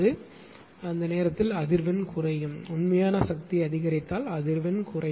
எனவே அந்த நேரத்தில் அதிர்வெண் குறையும் உண்மையான சக்தி அதிகரித்தால் அதிர்வெண் குறையும்